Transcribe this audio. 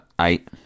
Eight